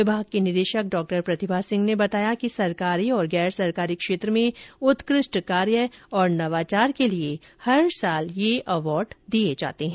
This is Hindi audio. विभाग की निदेशक डॉ प्रतिभा सिंह ने बताया कि सरकारी और गैर सरकारी क्षेत्र में उत्कृष्ट कार्य और नवाचार के लिए हर साल यह अवार्ड दिये जाते हैं